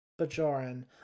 Bajoran